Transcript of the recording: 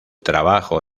trabajo